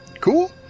Cool